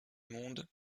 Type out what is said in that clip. monde